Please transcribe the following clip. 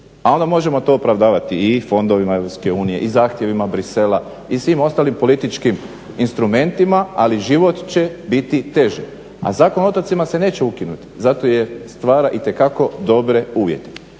a onda možemo to opravdavati i fondovima Europske unije i zahtjevima Bruxellesa i svim ostalim političkim instrumentima, ali život će biti teži. A Zakon o otocima se neće ukinuti zato jer stvara itekako dobre uvjete.